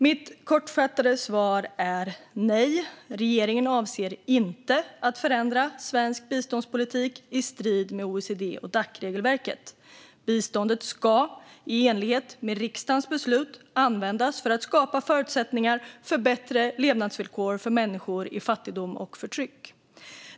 Mitt kortfattade svar är: Nej, regeringen avser inte att förändra svensk biståndspolitik i strid med OECD-Dac-regelverket. Bistånd ska, i enlighet med riksdagens beslut, användas för att skapa förutsättningar för bättre levnadsvillkor för människor i fattigdom och förtryck.